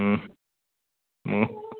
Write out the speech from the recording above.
ꯎꯝ ꯎꯝ